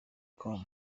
com